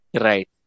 right